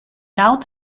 out